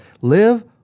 Live